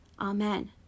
Amen